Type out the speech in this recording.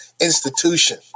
institution